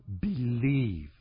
believe